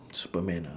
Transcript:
superman ah